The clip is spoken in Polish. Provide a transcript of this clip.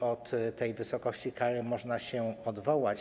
Od tej wysokości kary można się odwołać.